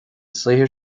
saothar